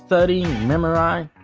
study. memorize.